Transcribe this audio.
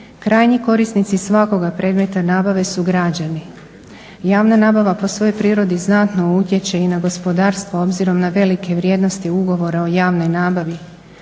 Krajnji korisnici svakoga predmeta nabave su građani. Javna nabava po svojoj prirodi znatno utječe i na gospodarstvo obzirom na velike vrijednosti ugovora o javnoj nabavi.